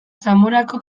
zamorako